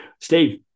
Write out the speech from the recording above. Steve